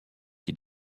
qui